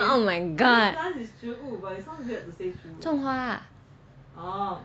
oh my god 种花 lah oh